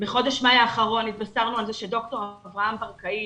בחודש מאי האחרון התבשרנו על זה שד"ר אברהם ברקאי,